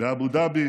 באבו דאבי